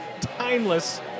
timeless